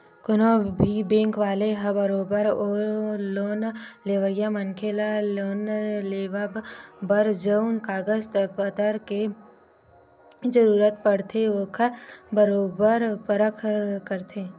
कोनो भी बेंक वाले ह बरोबर ओ लोन लेवइया मनखे ल लोन लेवब बर जउन कागज पतर के जरुरत पड़थे ओखर बरोबर परख करथे